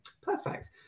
Perfect